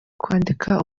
kwandika